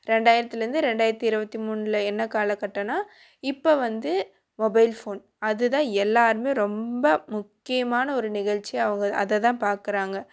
ரெண்டாயிரத்துலேருந்து ரெண்டாயிரத்தி இருபத்தி மூணில் என்ன காலக்கட்டன்னா இப்போ வந்து மொபைல்ஃபோன் அதுதான் எல்லாருமே ரொம்ப முக்கியமான ஒரு நிகழ்ச்சி அவங்க அதைதான் பார்க்குறாங்க